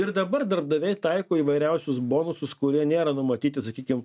ir dabar darbdaviai taiko įvairiausius bonusus kurie nėra numatyti sakykim